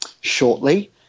shortly